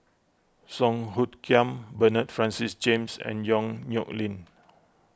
Song Hoot Kiam Bernard Francis James and Yong Nyuk Lin